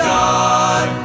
God